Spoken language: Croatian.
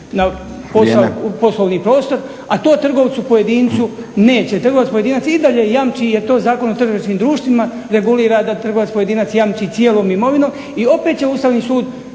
poslovni prostor, a to trgovcu pojedincu neće. Trgovac pojedinac i dalje jamči jer to Zakon o trgovačkim društvima regulira da trgovac pojedinac jamči cijelom imovinom i opet će Ustavni sud